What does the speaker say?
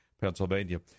Pennsylvania